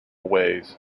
ways